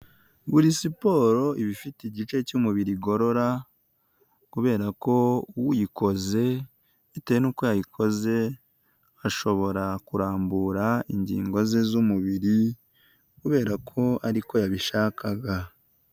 Buri siporo iba ifite igice cy'umubiri igorora. Kubera ko uyikoze bitewe n'uko yayikoze, ashobora kurambura ingingo ze z'umubiri kubera ko ariko yabishakaga.